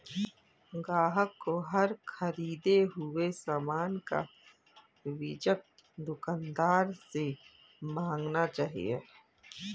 ग्राहकों को हर ख़रीदे हुए सामान का बीजक दुकानदार से मांगना चाहिए